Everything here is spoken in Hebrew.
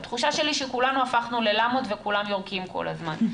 התחושה שלי שכולנו הפכנו ללמות וכולם יורקים כל הזמן.